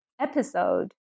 episode